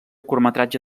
curtmetratge